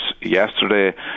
yesterday